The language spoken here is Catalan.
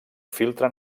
filtre